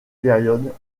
période